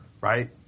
right